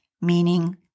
meaning